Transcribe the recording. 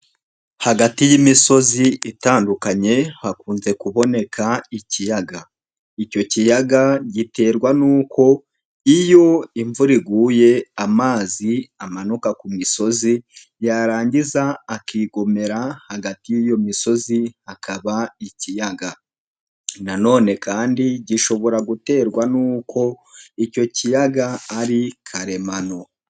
Hagati y'imisozi itandukanye hakunze kuboneka ikiyaga, icyo kiyaga giterwa n'uko iyo imvura iguye amazi amanuka ku misozi yarangiza akigomera hagati y'iyo misozi hakaba ikiyaga nanone kandi gishobora guterwa n'uko icyo kiyaga ari karemano.